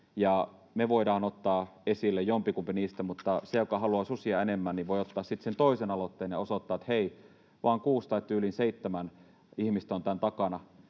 me voimme ottaa esille jommankumman niistä, mutta se, joka haluaa susia enemmän, voi ottaa sitten sen toisen aloitteen ja osoittaa, että hei, vain kuusi tai tyyliin seitsemän ihmistä on tämän takana,